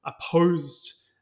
opposed